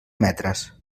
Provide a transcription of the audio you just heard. metres